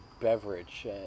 beverage